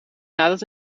nadat